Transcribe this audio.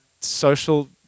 social